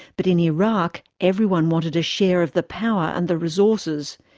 but in iraq, everyone wanted a share of the power and the resources.